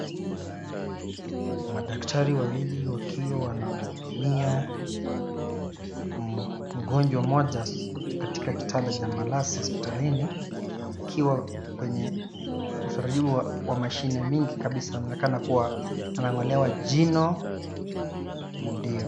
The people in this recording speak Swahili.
Madaktari wawili wakiwa wanamhudumia mgonjwa mmoja katika kitanda cha malazi hospitalini akiwa kwenye ukaribu wa mashine mingi kabisa. Inaonekana kuwa anang'olewa jino ndio.